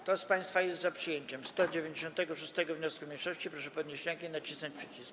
Kto z państwa jest za przyjęciem 196. wniosku mniejszości, proszę podnieść rękę i nacisnąć przycisk.